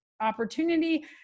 opportunity